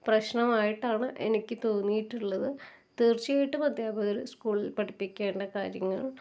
പ്രശ്നമായിട്ടാണ് എനിക്ക് തോന്നിയിട്ടുള്ളത് തീർച്ചയായിട്ടും അധ്യാപകര് സ്കൂളിൽ പഠിപ്പിക്കേണ്ട കാര്യങ്ങൾ